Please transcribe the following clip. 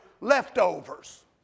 Leftovers